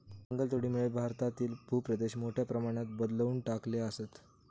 जंगलतोडीनं जगभरातील भूप्रदेश मोठ्या प्रमाणात बदलवून टाकले आसत